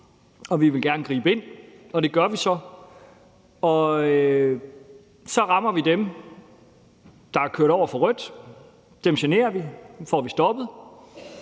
og vi vil gerne gribe ind. Det gør vi så, og så rammer vi dem, der er kørt over for rødt – dem generer vi, dem får vi stoppet